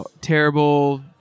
terrible